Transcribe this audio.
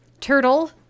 turtle